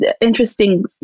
interesting